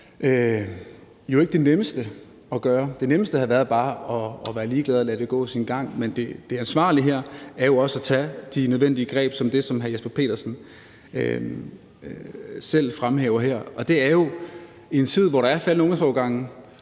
her er jo ikke det nemmeste at gøre. Det nemmeste havde været bare at være ligeglad og lade det gå sin gang. Men det ansvarlige her er jo også at tage de nødvendige greb, som er det, hr. Jesper Petersen selv fremhæver her, og i en tid, hvor der er faldende ungdomsårgange,